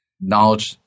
knowledge